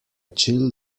chill